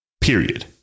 Period